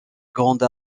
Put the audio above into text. grande